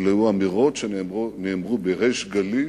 אלה היו אמירות שנאמרו בריש גלי,